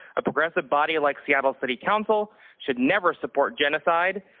a progressive body like seattle city council should never support genocide,